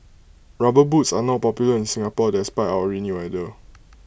rubber boots are not popular in Singapore despite our rainy weather